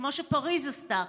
כמו שפריז עשתה: